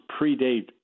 predate